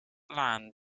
land